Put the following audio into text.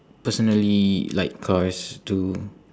personally like cars too